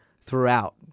throughout